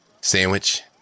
Sandwich